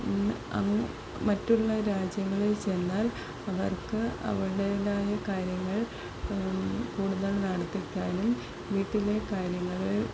മറ്റുള്ള രാജ്യങ്ങളിൽ ചെന്നാൽ അവർക്ക് അവരുടേതായ കാര്യങ്ങൾ കൂടുതൽ നടത്തിക്കാനും വീട്ടിലെ കാര്യങ്ങൾ